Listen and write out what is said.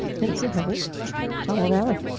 thank you heather tom lavalley.